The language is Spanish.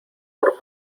por